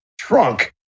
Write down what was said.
trunk